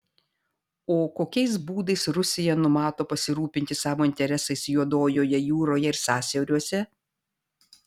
o kokiais būdais rusija numato pasirūpinti savo interesais juodojoje jūroje ir sąsiauriuose